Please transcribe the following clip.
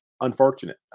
Unfortunate